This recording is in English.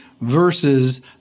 versus